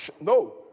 No